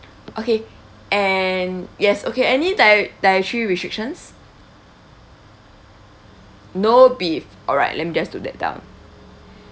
okay and yes okay any diet dietary restrictions no beef alright let me just note that down